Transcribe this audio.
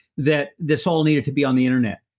that this all needed to be on the internet.